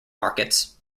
markets